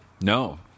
No